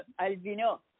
Albino